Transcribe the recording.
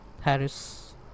Harris